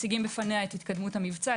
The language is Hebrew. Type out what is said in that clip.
מציגים בפניה את התקדמות המבצע,